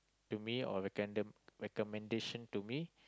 to me or recommended recommendation to me